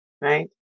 Right